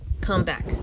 comeback